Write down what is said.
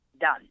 done